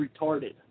retarded